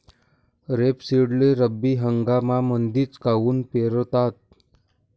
रेपसीडले रब्बी हंगामामंदीच काऊन पेरतात?